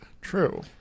True